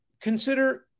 Consider